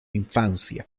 infancia